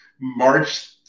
March